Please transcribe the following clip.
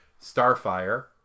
Starfire